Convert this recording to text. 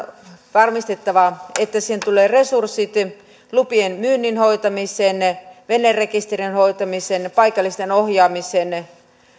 varmistettava että siihen tulee resurssit lupien myynnin hoitamiseen venerekisterien hoitamiseen paikallisten ohjaamiseen